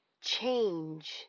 change